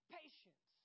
patience